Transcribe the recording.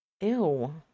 Ew